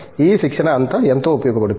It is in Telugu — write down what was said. ఈ శిక్షణ అంతా ఎంతో ఉపయోగపడుతుంది